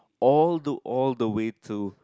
all the all the way to